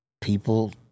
people